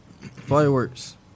Fireworks